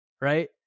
right